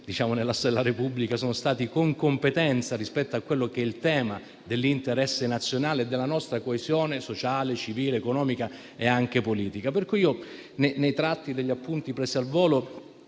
nella storia della Repubblica lo sono stati con competenza rispetto a quello che il tema dell'interesse nazionale e della nostra coesione sociale, civile, economica e anche politica. Sugli appunti presi al volo,